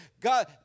God